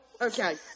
Okay